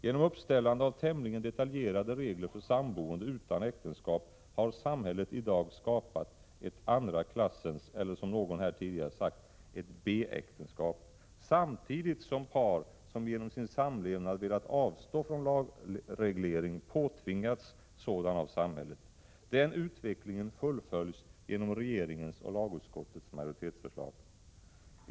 Genom uppställande av tämligen detaljerade regler för samboende utan äktenskap har samhället i dag skapat ett ”andra klassens” äktenskap — eller, som någon sade tidigare här, ett B-äktenskap — samtidigt som par som genom sin samlevnad velat avstå från lagreglering påtvingats sådan av samhället. Den utvecklingen fullföljs genom regeringens och lagutskottets majoritetsförslag.